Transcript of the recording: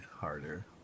harder